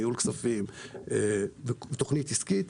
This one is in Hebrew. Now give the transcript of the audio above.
ניהול כספים ותוכנית עסקית,